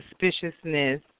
suspiciousness